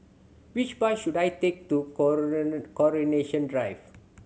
which bus should I take to Coronation Drive